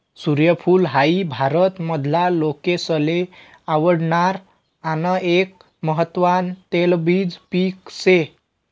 सूर्यफूल हाई भारत मधला लोकेसले आवडणार आन एक महत्वान तेलबिज पिक से